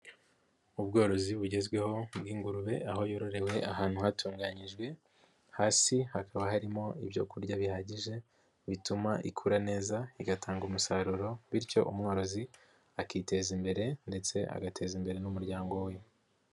Ubworozi bugezweho bw'ingurube, aho yororewe ahantu hatunganyijwe, hasi hakaba harimo ibyo kurya bihagije, bituma ikura neza, igatanga umusaruro bityo umworozi akiteza imbere ndetse agateza imbere n'umuryango we.